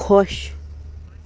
خۄش